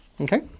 Okay